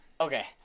Okay